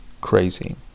crazy